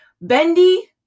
Bendy